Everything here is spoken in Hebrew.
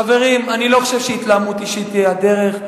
חברים, אני לא חושב שהתלהמות אישית היא הדרך.